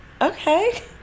okay